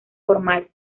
formal